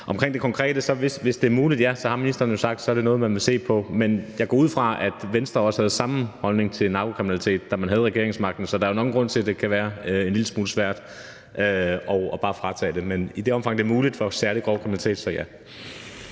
vil jeg sige, at hvis det er muligt, ja, så har ministeren jo sagt, at det er noget, man vil se på. Men jeg går ud fra, at Venstre også havde samme holdning til narkokriminalitet, da man havde regeringsmagten, så der er nok en grund til, at det kan være en lille smule svært bare at fratage det. Men i det omfang, hvor det er muligt i forhold til særlig grov kriminalitet, så ja.